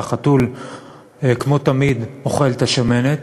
והחתול כמו תמיד אוכל את השמנת.